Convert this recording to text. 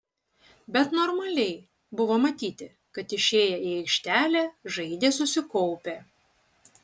bet normaliai buvo matyti kad išėję į aikštelę žaidė susikaupę